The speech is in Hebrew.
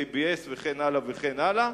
ABS וכן הלאה וכן הלאה,